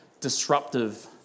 disruptive